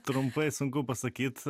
trumpai sunku pasakyt